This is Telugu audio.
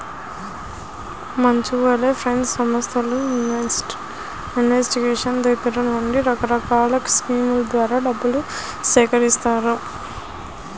మ్యూచువల్ ఫండ్ సంస్థలు ఇన్వెస్టర్ల దగ్గర నుండి రకరకాల స్కీముల ద్వారా డబ్బును సేకరిత్తాయి